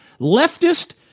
leftist